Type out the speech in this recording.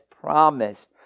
promised